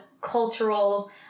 cultural